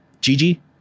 Gigi